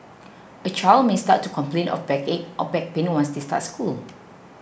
a child may start to complain of backache or back pain once they start school